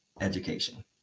education